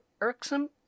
irksome